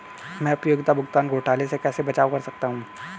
मैं उपयोगिता भुगतान घोटालों से कैसे बचाव कर सकता हूँ?